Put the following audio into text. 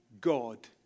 God